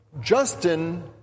Justin